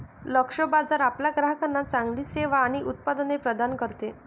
लक्ष्य बाजार आपल्या ग्राहकांना चांगली सेवा आणि उत्पादने प्रदान करते